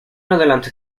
adelante